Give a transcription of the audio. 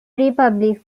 republics